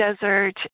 desert